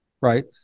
right